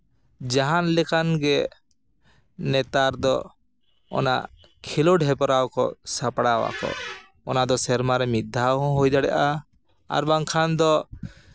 ᱡᱟᱦᱟᱱ ᱞᱮᱠᱟᱱ ᱜᱮ ᱱᱮᱛᱟᱨ ᱫᱚ ᱚᱱᱟ ᱠᱷᱮᱞᱳᱰ ᱦᱮᱯᱨᱟᱣ ᱠᱚ ᱥᱟᱯᱲᱟᱣ ᱟᱠᱚ ᱚᱱᱟ ᱫᱚ ᱥᱮᱨᱢᱟᱨᱮ ᱢᱤᱫ ᱫᱷᱟᱣ ᱦᱚᱸ ᱦᱩᱭ ᱫᱟᱲᱮᱭᱟᱜᱼᱟ ᱟᱨ ᱵᱟᱝᱠᱷᱟᱱ ᱫᱚ